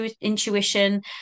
intuition